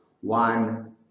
one